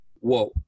whoa